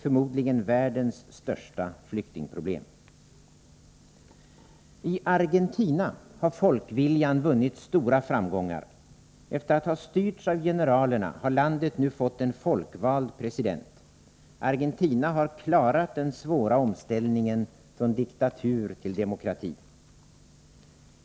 Förmodligen är det världens största flyktingproblem. I Argentina har folkviljan vunnit stora framgångar. Efter att ha styrts av generalerna har landet nu fått en folkvald president. Argentina har klarat den svåra omställningen från diktatur till demokrati.